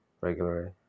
regularly